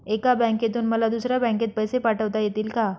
एका बँकेतून मला दुसऱ्या बँकेत पैसे पाठवता येतील का?